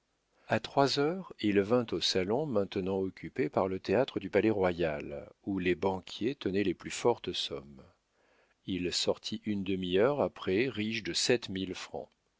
a trois heures il vint au salon maintenant occupé par le théâtre du palais-royal où les banquiers tenaient les plus fortes sommes il sortit une demi-heure après riche de sept mille francs